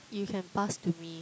you can pass to me